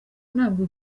ntabwo